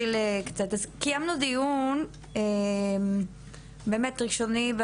אז קיימנו פה דיון באמת ראשוני,